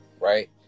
right